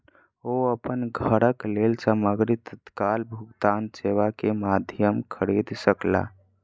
ओ अपन घरक लेल सामग्री तत्काल भुगतान सेवा के माध्यम खरीद सकला